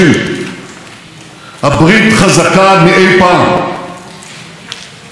מעולם לא היה לנו שיתוף פעולה כזה עם הגדולה במעצמות תבל.